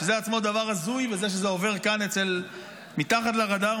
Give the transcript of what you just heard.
זה עצמו דבר הזוי וזה שזה עובר כאן מתחת לרדאר,